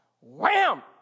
Wham